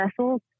vessels